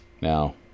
Now